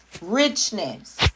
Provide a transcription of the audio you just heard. richness